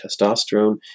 testosterone